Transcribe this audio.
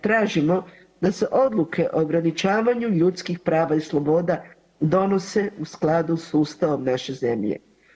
Tražimo da se odluke o ograničavanju ljudskih prava i sloboda donose u skladu s Ustavom naše zemlje.